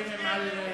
גם אני הגשתי אותה.